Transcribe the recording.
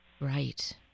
Right